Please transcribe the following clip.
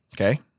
okay